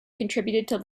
contributed